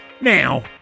Now